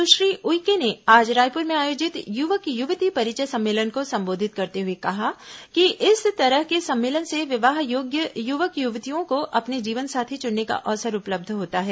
सुश्री उइके ने आज रायपुर में आयोजित युवक युवती परिचय सम्मेलन को संबोधित करते हुए कहा कि इस तरह के सम्मेलन से विवाह योग्य युवक युवतियों को अपन जीवनसाथी चुनने का अवसर उपलब्ध होता है